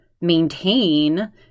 maintain